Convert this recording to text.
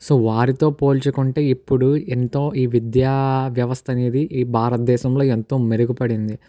so వారితో పోల్చుకుంటే ఇప్పుడు ఎంతో ఈ విద్యా వ్యవస్థ అనేది ఈ భారతదేశంలో ఎంతో మెరుగుపడింది